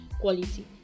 quality